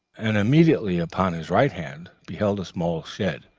and immediately upon his right hand beheld a small shed,